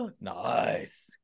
Nice